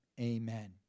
amen